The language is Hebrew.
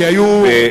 כי היו,